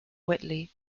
whitley